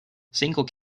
single